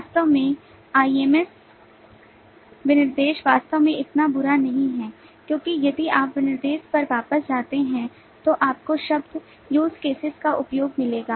वास्तव में lms विनिर्देश वास्तव में उतना बुरा नहीं है क्योंकि यदि आप विनिर्देश पर वापस जाते हैं तो आपको शब्द use cases का उपयोग मिलेगा